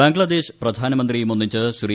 ബംഗ്ലാദേശ് പ്രധാനമന്ത്രിയുമൊന്നിച്ച് ശ്രീ